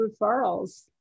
referrals